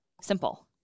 simple